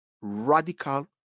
radical